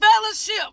fellowship